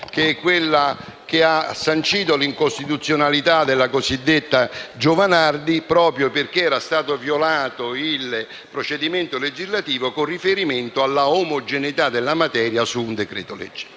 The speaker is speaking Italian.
terza, quella che ha sancito l'incostituzionalità della cosiddetta legge Giovanardi, proprio perché era stato violato il procedimento legislativo con riferimento all'omogeneità della materia su un decreto-legge.